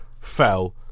fell